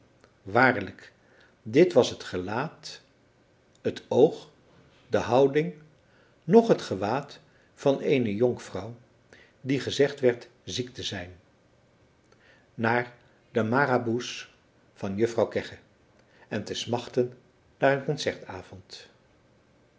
waarlijk dit was het gelaat het oog de houding noch het gewaad van eene jonkvrouw die gezegd werd ziek te zijn naar de maraboes van juffrouw kegge en te smachten naar een